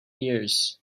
years